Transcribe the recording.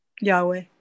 Yahweh